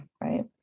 Right